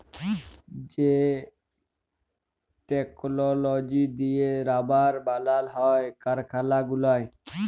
যে টেকললজি দিঁয়ে রাবার বালাল হ্যয় কারখালা গুলায়